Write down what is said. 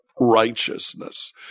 righteousness